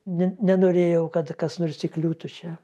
ne nenorėjau kad kas nors įkliūtų čia